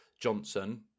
Johnson